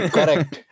correct